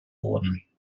wurden